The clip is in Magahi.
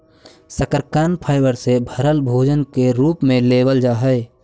शकरकन फाइबर से भरल भोजन के रूप में लेबल जा हई